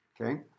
Okay